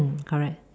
mm correct